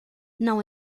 não